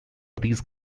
these